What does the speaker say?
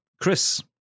Chris